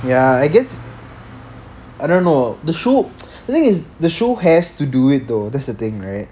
ya I guess I don't know the show the thing is the show has to do it though that's the thing right